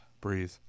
Breathe